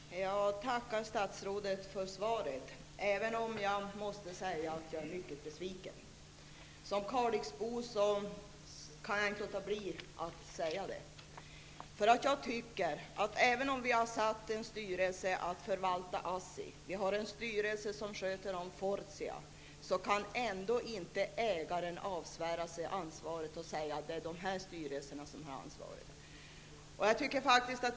Herr talman! Jag tackar statsrådet för svaret, även om jag måste säga att jag är mycket besviken. Som kalixbo kan jag inte låta bli att säga det. Även om vi har satt en styrelse att förvalta ASSI och vi har en styrelse som sköter om Fortia, kan ägaren inte avsvära sig ansvaret och säga att det är de styrelserna som har ansvaret.